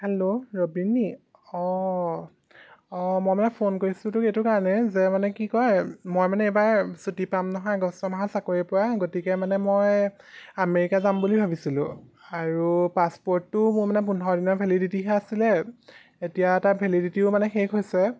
hello Robin নি অঁ অঁ মই মানে ফোন কৰিছিলোঁ তোক এইটো কাৰণে যে মানে কি কয় মই মানে এইবাৰ চুটি পাম নহয় আগষ্ট মাহত চাকৰিৰপৰা গতিকে মানে মই আমেৰিকা যাম বুলি ভাবিছিলোঁ আৰু পাছপোৰ্টটো মোৰ মানে পোন্ধৰদিনৰ ভেলিডিটিহে আছিলে এতিয়া তাৰ ভেলিডিটিও মানে শেষ হৈছে